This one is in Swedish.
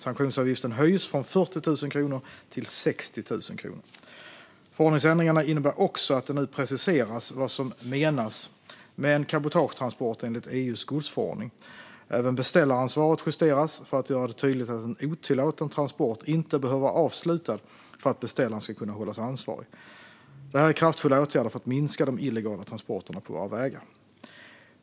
Sanktionsavgiften höjs från 40 000 kronor till 60 000 kronor. Förordningsändringarna innebär också att det nu preciseras vad som menas med en cabotagetransport enligt EU:s godsförordning. Även beställaransvaret justeras för att göra det tydligt att en otillåten transport inte behöver vara avslutad för att beställaren ska kunna hållas ansvarig. Det här är kraftfulla åtgärder för att minska de illegala transporterna på våra vägar.